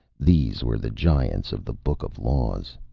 these were the giants of the book of laws.